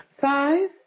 Five